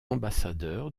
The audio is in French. ambassadeur